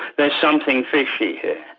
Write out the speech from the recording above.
there's something fishy here.